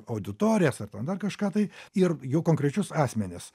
auditorijas ar ten dar kažką tai ir jau konkrečius asmenis